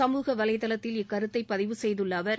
சமூக வலைதளத்தில் இக்கருத்தை பதிவு செய்துள்ள அவர்